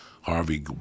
Harvey